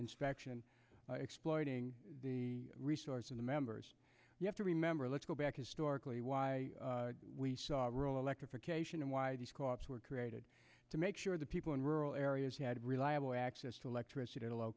inspection by exploiting the resource of the members you have to remember let's go back historically why we saw rural electrification and why these co ops were created to make sure that people in rural areas had reliable access to electricity at a low